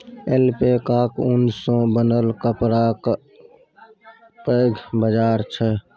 ऐल्पैकाक ऊन सँ बनल कपड़ाक पैघ बाजार छै